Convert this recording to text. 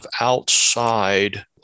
outside